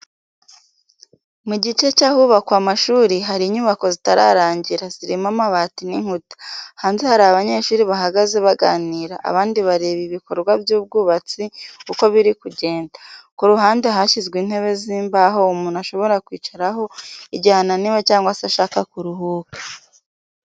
Mu gice cy'ahubakwa amashuri, hari inyubako zitararangira, zirimo amabati n'inkuta. Hanze hari abanyeshuri bahagaze baganira, abandi bareba ibikorwa by'ubwubatsi uko biri kugenda. Ku ruhande hashyizwe intebe z'imbaho umuntu ashobora kwicaraho igihe ananiwe cyangwa se ashaka kuruhuka.